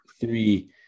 three